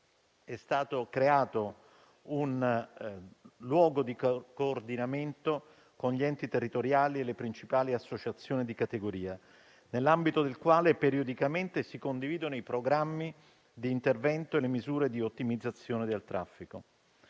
è stato creato un luogo di coordinamento con gli enti territoriali e le principali associazioni di categoria, nell'ambito del quale periodicamente si condividono i programmi di intervento e le misure di ottimizzazione del traffico.